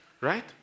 Right